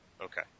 Okay